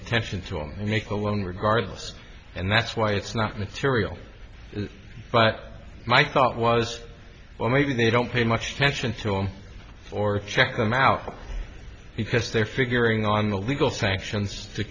attention to him and make one regardless and that's why it's not material but my thought was well maybe they don't pay much attention to him or check them out because they're figuring on the legal sanctions to